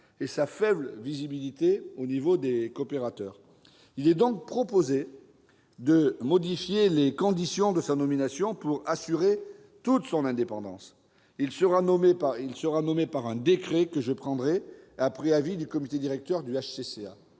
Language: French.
et à sa faible visibilité auprès des coopérateurs. Il est donc proposé de modifier les conditions de sa nomination pour assurer toute son indépendance. Le médiateur sera nommé par décret, décret que je prendrai après avis du comité directeur du HCCA.